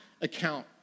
account